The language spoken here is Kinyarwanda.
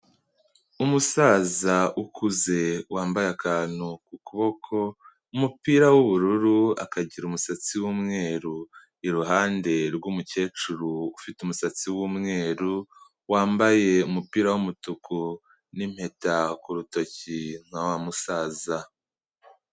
Umusaza ukuze wambaye akantu ku kuboko, umupira w'ubururu akagira umusatsi w'umweru, iruhande rw'umukecuru ufite umusatsi w'umweru, wambaye umupira w'umutuku n'impeta ku rutoki nka wa musaza.